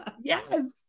Yes